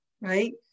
right